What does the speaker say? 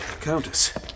Countess